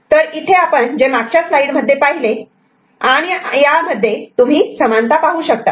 तर इथे आपण जे मागच्या स्लाईडमध्ये पाहिले आणि यामध्ये तुम्ही समानता पाहू शकतात